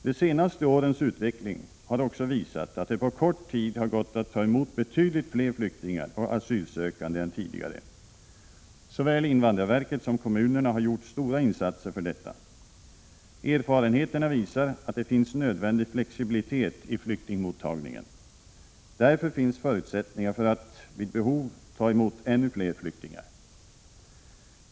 De senaste årens utveckling har också visat att det på kort tid har gått att ta emot betydligt flera flyktingar och asylsökande än tidigare. Såväl invandrarverket som kommunerna har gjort stora insatser för detta. Erfarenheterna visar att det finns nödvändig flexibilitet i flyktingmottagningen. Därför finns förutsättningar för att vid behov ta emot ännu flera flyktingar.